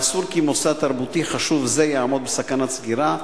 אסור שמוסד תרבותי חשוב זה יעמוד בסכנת סגירה.